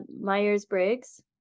myers-briggs